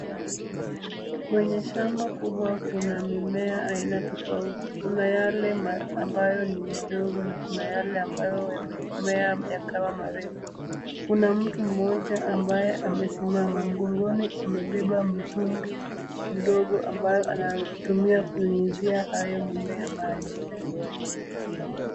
Kwenye shamba kubwa kuna mimea aina tofauti, kuna yale ambayo ni madogo na kuna yale ambayo yamemea yakawa marefu, kuna mtu mmoja ambaye amesimama, mgongoni amebeba mtungi mdogo ambao anatumia kunyunyuzia hayo mimea maji.